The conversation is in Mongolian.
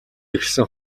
эхэлсэн